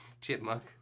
chipmunk